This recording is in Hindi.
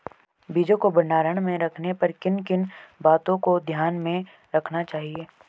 बीजों को भंडारण में रखने पर किन किन बातों को ध्यान में रखना चाहिए?